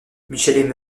michel